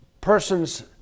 persons